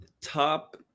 Top